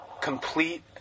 complete